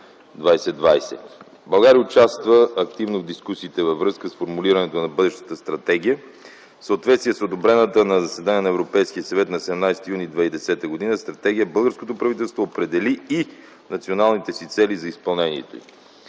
2020 г. България участва активно в дискусиите във връзка с формулирането на бъдещата стратегия. В съответствие с одобрената на заседание на Европейския съвет на 17 юни 2010 г. стратегия, българското правителство определи и националните си цели за изпълнението й.